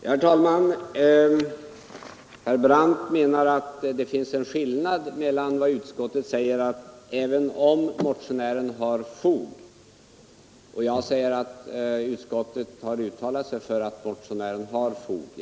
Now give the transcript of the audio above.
Herr talman! Herr Brandt menar att det föreligger en skillnad mellan vad utskottet skriver: ”Även om motionären skulle ha fog för sin uppfattning ———” och vad jag sade att utskottet har uttalat sig för att motionären har fog för sin uppfattning.